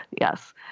Yes